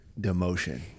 demotion